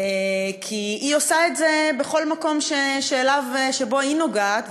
כי היא עושה את זה בכל מקום שבו היא נוגעת,